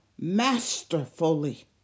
masterfully